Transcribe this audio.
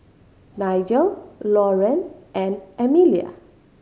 Nigel Loren and Amelia